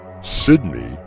Sydney